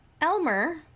Elmer